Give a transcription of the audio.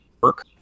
work